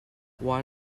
one